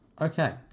Okay